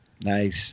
Nice